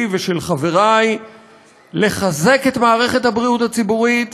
ושל חברי לחזק את מערכת הבריאות הציבורית